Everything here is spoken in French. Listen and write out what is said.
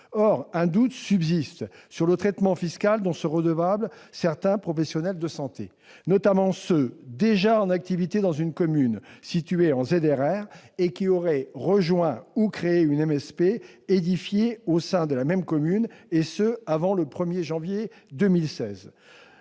Or un doute subsiste sur le traitement fiscal dont sont redevables certains professionnels de santé. Je pense notamment à ceux qui sont déjà en activité dans une commune située en ZRR et qui auraient rejoint ou créé une MSP, édifiée au sein de la même commune, avant le 1 janvier 2016.